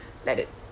let it